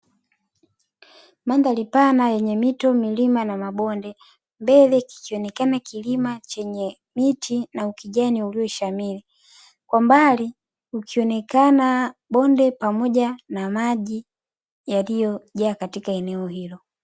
Mandhari pana yenye mito, milima na mabonde, mbele kikionekana kilima chenye miti na ukijani ulioshamiri, kwa mbali ikionekana bonde pamoja na maji yaliyojaa katika eneo hilo.